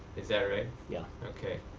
is that right? yeah. okay.